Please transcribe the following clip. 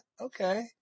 okay